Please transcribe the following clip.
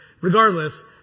regardless